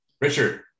richard